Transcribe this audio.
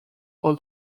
all